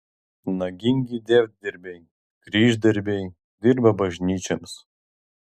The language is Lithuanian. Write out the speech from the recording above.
nagingi dievdirbiai kryždirbiai dirba bažnyčioms